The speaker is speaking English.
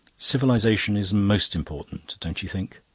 civilisation is most important, don't you think?